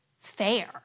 fair